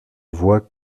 vois